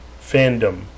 fandom